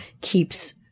keeps